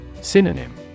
Synonym